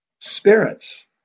spirits